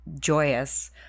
joyous